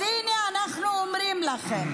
אז הינה אנחנו אומרים לכם: